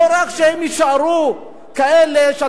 לא רק שהם יישארו כאלה ש,